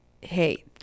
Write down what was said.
hey